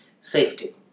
Safety